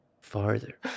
farther